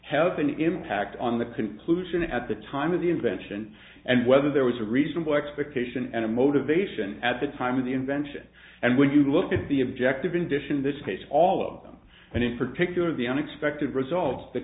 have an impact on the conclusion at the time of the invention and whether there was a reasonable expectation and a motivation at the time of the invention and when you look at the objective in addition to this case all of them and in particular the unexpected results the